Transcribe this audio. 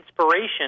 inspiration